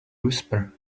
whisper